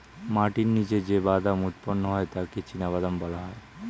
মাটির নিচে যে বাদাম উৎপন্ন হয় তাকে চিনাবাদাম বলা হয়